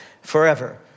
Forever